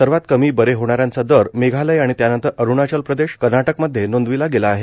सर्वात कमी बरे होणाऱ्यांचा दर मेघालय आणि त्यानंतर अरुणाचल प्रदेश कर्नाटकमध्ये नोंदविला गेला आहे